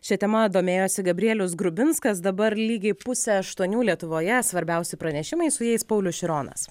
šia tema domėjosi gabrielius grubinskas dabar lygiai pusė aštuonių lietuvoje svarbiausi pranešimai su jais paulius šironas